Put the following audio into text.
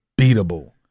beatable